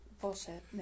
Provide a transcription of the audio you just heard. Bullshit